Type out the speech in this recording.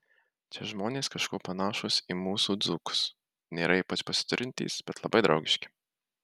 čia žmonės kažkuo panašūs į mūsų dzūkus nėra ypač pasiturintys bet labai draugiški